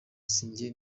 sinjye